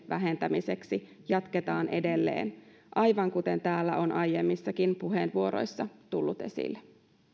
vähentämiseksi jatketaan edelleen aivan kuten täällä on aiemmissakin puheenvuoroissa tullut esille